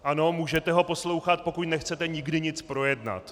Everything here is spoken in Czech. Ano, můžete ho poslouchat, pokud nechcete nikdy nic projednat.